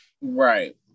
Right